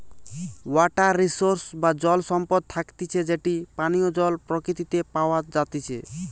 water resource বা জল সম্পদ থাকতিছে যেটি পানীয় জল প্রকৃতিতে প্যাওয়া জাতিচে